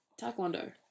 Taekwondo